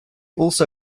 also